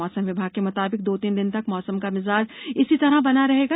मौसम विभाग के मुताबिक दो तीन दिन तक मौसम का मिजाज इसी तरह बना रहेगा